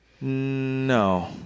no